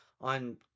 on